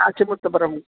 Nachi Muthupuram